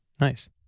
Nice